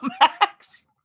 Max